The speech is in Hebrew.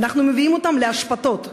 אנחנו מביאים אותם לאשפתות,